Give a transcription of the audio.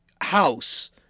House